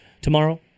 tomorrow